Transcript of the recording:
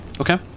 Okay